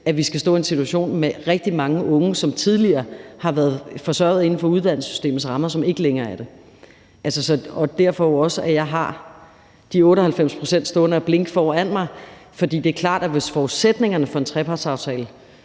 at vi skal stå i en situation med rigtig mange unge, som tidligere har været forsørget inden for uddannelsessystemets rammer, og som ikke længere er det. Derfor har jeg jo også de 98 pct. stående og blinke foran mig, for det er klart, at hvis tingene udvikler sig